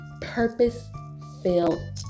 purpose-filled